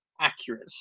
accurate